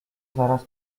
zaraz